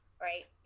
right